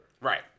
right